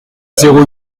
zéro